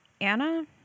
Anna